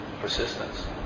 persistence